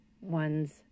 ones